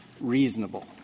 reasonable